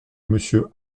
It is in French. monsieur